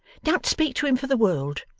don't speak to him for the world